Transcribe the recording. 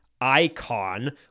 icon